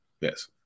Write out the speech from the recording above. Yes